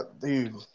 dude